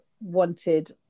wanted